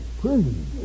Prison